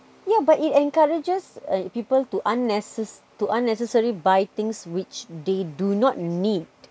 yeah but it encourages um people to unnecess~ to unnecessary buy things which they do not need